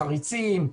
חריצים,